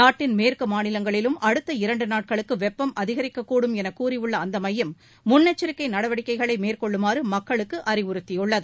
நாட்டின் மேற்கு மாநிலங்களிலும் அடுத்த இரண்டு நாட்களுக்கு வெப்பம் அதிரிக்கக்கூடும் என கூறியுள்ள அந்த மையம் முன் எச்சரிக்கை நடவடிக்கைகளை மேற்கொள்ளுமாறு மக்களுக்கு அறிவுறுத்தியுள்ளது